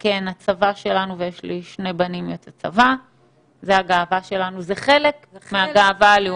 יצרנו שתי תזמורות, כל אחת בת 50 נגנים.